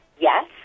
yes